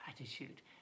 attitude